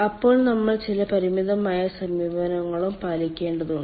അപ്പോൾ നമ്മൾ ചില പരിമിതമായ സമീപനങ്ങളും പാലിക്കേണ്ടതുണ്ട്